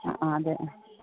ആ ആ അതെ